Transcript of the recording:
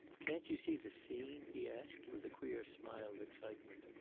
can't you see the scene? he asked with a queer smile of excitement.